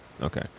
Okay